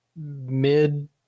mid